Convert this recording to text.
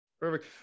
Perfect